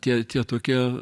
tie tie tokie